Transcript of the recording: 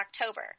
october